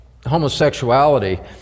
homosexuality